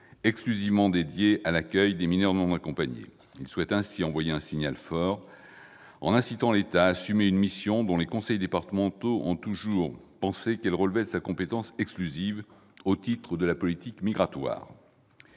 exclusivement dédié à l'accueil des mineurs non accompagnés. Il souhaite ainsi envoyer un signal fort, en incitant l'État à assumer une mission dont les conseils départementaux ont toujours pensé qu'elle relevait de sa compétence exclusive, au titre de la politique migratoire.